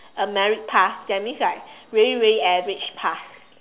a merit pass that means right really really average pass